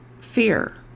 fear